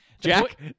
jack